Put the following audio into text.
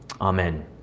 Amen